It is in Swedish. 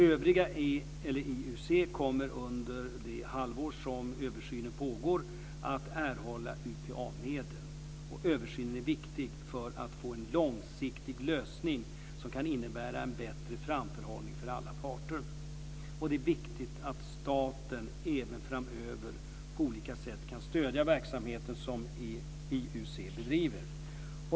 Övriga IUC kommer under det halvår som översynen pågår att erhålla UPA-medel. Översynen är viktig för att få en långsiktig lösning som kan innebära en bättre framförhållning för alla parter. Det är viktigt att staten även framöver på olika sätt kan stödja den verksamhet som IUC bedriver.